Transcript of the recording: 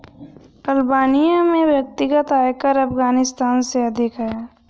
Albania में व्यक्तिगत आयकर अफ़ग़ानिस्तान से अधिक है